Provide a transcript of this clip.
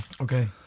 Okay